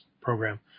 program